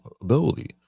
ability